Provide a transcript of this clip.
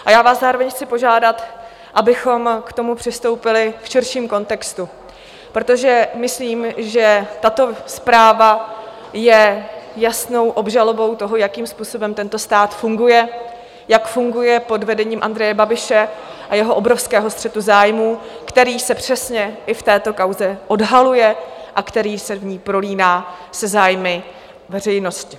A já vás zároveň chci požádat, abychom k tomu přistoupili v širším kontextu, protože myslím, že tato zpráva je jasnou obžalobou toho, jakým způsobem tento stát funguje, jak funguje pod vedením Andreje Babiše a jeho obrovského střetu zájmů, který se přesně i v této kauze odhaluje a který se v ní prolíná se zájmy veřejnosti.